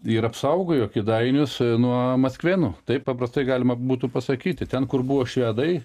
ir apsaugojo kėdainius nuo maskvėnų taip paprastai galima būtų pasakyti ten kur buvo švedai